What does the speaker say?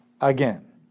again